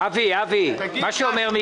אבי מימרן,